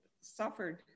suffered